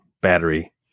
battery